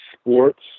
sports